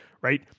right